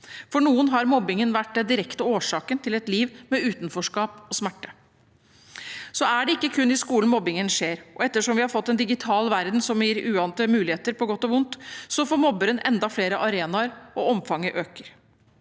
For noen har mobbingen vært den direkte årsaken til et liv med utenforskap og smerte. Det er ikke kun i skolen mobbingen skjer. Etter hvert som vi har fått en digital verden som gir uante muligheter – på godt og vondt – får mobberen enda flere arenaer, og omfanget øker.